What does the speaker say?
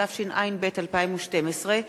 התשע”ב 2012,